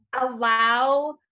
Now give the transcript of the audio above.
allow